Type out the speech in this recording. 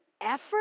effort